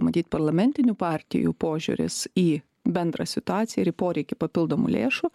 matyt parlamentinių partijų požiūris į bendrą situaciją ir į poreikį papildomų lėšų